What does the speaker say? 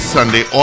Sunday